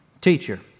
Teacher